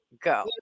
go